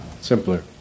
Simpler